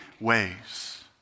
ways